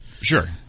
Sure